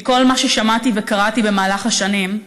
מכל מה ששמעתי וקראתי במהלך השנים,